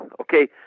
okay